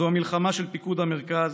זו המלחמה של פיקוד המרכז,